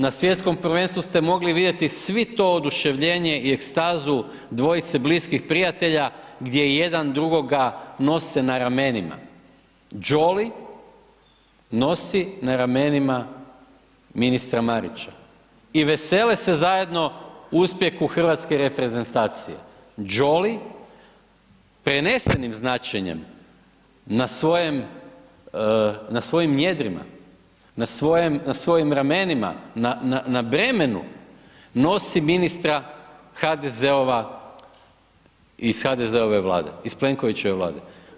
Na Svjetskom prvenstvu ste mogli vidjeti svi to oduševljenje i ekstazu dvojice bliskih prijatelja gdje jedan drugoga nose na ramenima, Jolly nosi na ramenima ministra Marića i vesele se zajedno uspjehu hrvatske reprezentacije, Jolly prenesenim značenjem na svojim njedrima, na svojim ramenima, na bremenu, nosi ministra HDZ-ova iz HDZ-ove Vlade, iz Plenkovićeve Vlade.